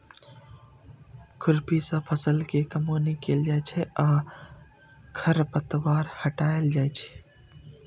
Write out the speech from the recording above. खुरपी सं फसल के कमौनी कैल जाइ छै आ खरपतवार हटाएल जाइ छै